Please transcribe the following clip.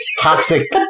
Toxic